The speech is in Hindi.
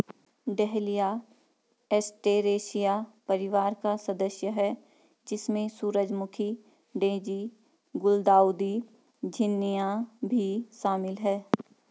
डहलिया एस्टेरेसिया परिवार का सदस्य है, जिसमें सूरजमुखी, डेज़ी, गुलदाउदी, झिननिया भी शामिल है